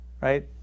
Right